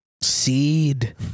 Seed